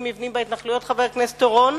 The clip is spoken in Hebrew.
מבנים בהתנחלויות חבר הכנסת אורון.